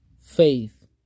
Faith